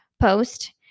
post